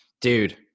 Dude